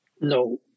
No